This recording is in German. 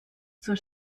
zur